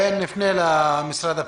ונפנה למשרד הפנים.